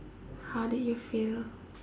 how did you feel